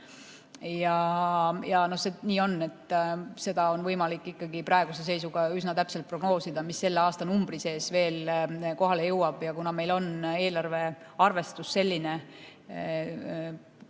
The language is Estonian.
See nii on, et seda on võimalik ikkagi praeguse seisuga üsna täpselt prognoosida, mis selle aastanumbri sees veel kohale jõuab. Ja kuna meil on Riigikogu saali